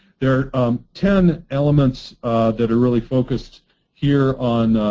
there are um ten elements that are really focused here on